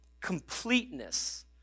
completeness